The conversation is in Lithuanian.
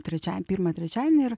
trečia pirmą trečiadienį ir